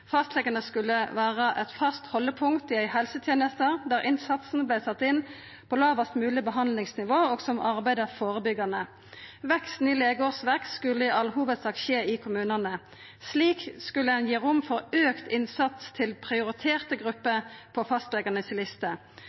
Fastlegane skulle vera eit fast haldepunkt i ei helseteneste der innsatsen vart sett inn på lågast mogleg behandlingsnivå, og ein skulle arbeida førebyggjande. Veksten i legeårsverk skulle i all hovudsak skje i kommunane. Slik skulle ein gi rom for auka innsats til prioriterte grupper på fastleganes lister.